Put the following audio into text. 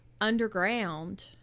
underground